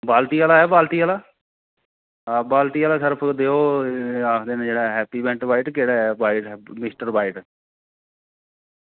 बाल्टी आह्ला ऐ बाल्टी आह्ला ते बाल्टी आह्ला देओ जेह्ड़ा ऐ केह्ड़ा मिस्टर व्हाईट